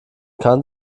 kann